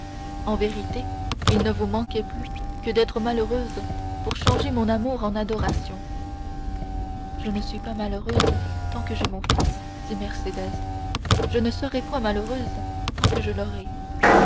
en vérité il ne vous manquait plus que d'être malheureuse pour changer mon amour en adoration je ne suis pas malheureuse tant que j'ai mon fils dit mercédès je ne serai point malheureuse tant que je l'aurai ah